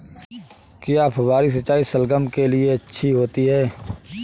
क्या फुहारी सिंचाई शलगम के लिए अच्छी होती है?